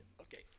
okay